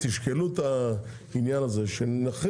תחשבו על זה.